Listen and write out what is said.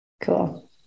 Cool